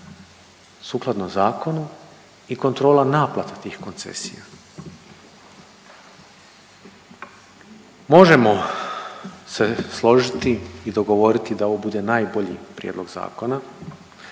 sukladno zakonu i kontrola naplata tih koncesija. Možemo se složiti i dogovoriti da ovo bude najbolji prijedlog zakona